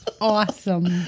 Awesome